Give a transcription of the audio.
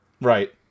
Right